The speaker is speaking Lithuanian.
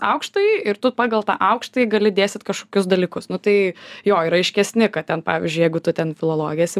aukštąjį ir tu pagal tą aukštąjį gali dėstyt kažkokius dalykus nu tai jo yra aiškesni kad ten pavyzdžiui jeigu tu ten filologiją esi